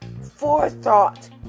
forethought